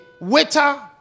waiter